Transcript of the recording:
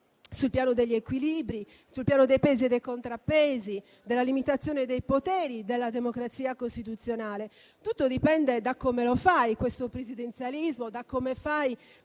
sul piano degli equilibri, dei pesi e dei contrappesi, della limitazione dei poteri, della democrazia costituzionale. Tutto dipende da come lo fai, questo presidenzialismo, da come fai